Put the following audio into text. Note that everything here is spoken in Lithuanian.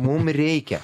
mum reikia